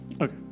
Okay